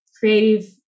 creative